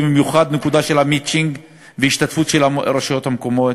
ובמיוחד את הנקודה של המצ'ינג והשתתפות הרשויות המקומיות,